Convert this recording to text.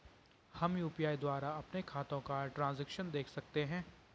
हम यु.पी.आई द्वारा अपने खातों का ट्रैन्ज़ैक्शन देख सकते हैं?